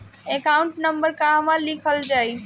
Account number कहवा लिखल जाइ?